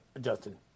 Justin